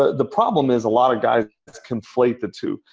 the problem is a lot of guys conflate the two.